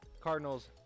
Cardinals